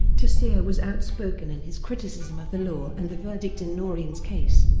taseer was outspoken in his criticism of the law and the verdict in noreen's case.